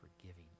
forgiving